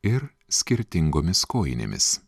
ir skirtingomis kojinėmis